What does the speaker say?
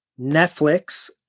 Netflix